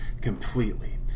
completely